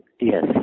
yes